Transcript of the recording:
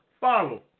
follow